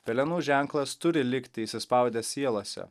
pelenų ženklas turi likti įsispaudęs sielose